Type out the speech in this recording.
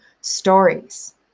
stories